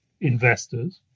investors